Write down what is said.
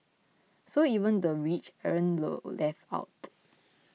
so even the rich aren't left out